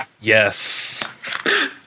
Yes